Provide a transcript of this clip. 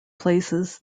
places